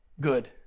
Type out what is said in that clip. Good